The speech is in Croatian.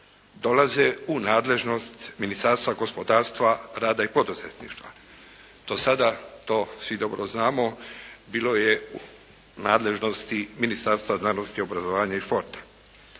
dolaze u nadležnost Ministarstva gospodarstva rada i poduzetništva. Do sada to, svi dobro znamo, bilo je u nadležnosti Ministarstva znanosti, obrazovanja i športa.